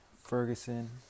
ferguson